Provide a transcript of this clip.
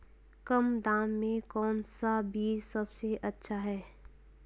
कम दाम में कौन सा बीज सबसे अच्छा है?